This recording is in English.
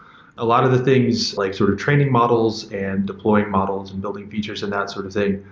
a lot of the things, like sort of training models and deploying models and building features in that sort of thing,